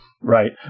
Right